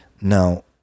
Now